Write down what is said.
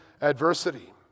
adversity